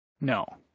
no